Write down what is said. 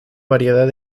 variedad